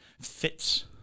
fits